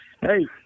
hey